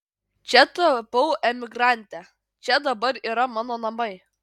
čia tapau emigrante čia dabar yra mano namai